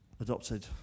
adopted